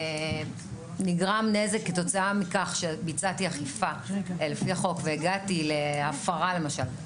נגרם נזק כתוצאה מכך שביצעתי אכיפה לפי החוק והגעתי להפרה למשל,